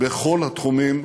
בכל התחומים.